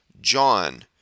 John